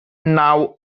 now